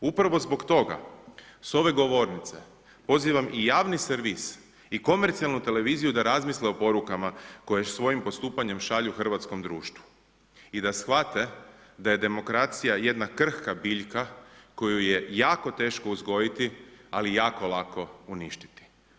Upravo zbog toga, s ove govornice, pozivam i javni servis i komercijalnu televiziju da razmisle o porukama koje svojim postupanjem šalju hrvatskom društvu i da shvate da je demokracija jedna krhka biljka koju je jako teško uzgojiti, ali jako lako uništiti.